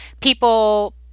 people